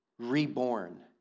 Reborn